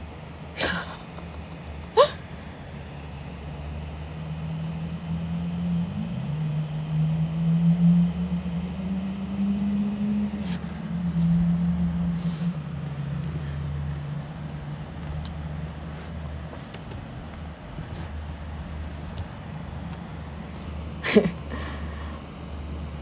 yeah